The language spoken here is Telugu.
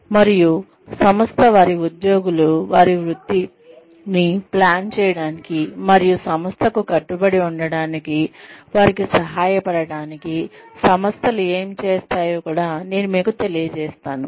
మరియు సంస్థ వారి ఉద్యోగులు వారి వృత్తిని ప్లాన్ చేయడానికి మరియు సంస్థకు కట్టుబడి ఉండటానికి వారికి సహాయపడటానికి సంస్థలు ఏమి చేస్తాయో కూడా నేను మీకు తెలియజేస్తాను